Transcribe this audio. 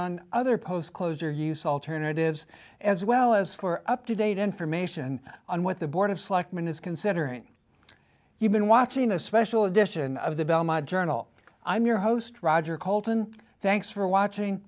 on other post closure use alternatives as well as for up to date information on what the board of selectmen is considering you've been watching a special edition of the belmont journal i'm your host roger coulton thanks for watching